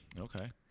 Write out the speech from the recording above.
Okay